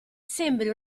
sembri